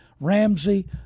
Ramsey